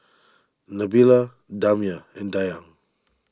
Nabila Damia and Dayang